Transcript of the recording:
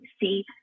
see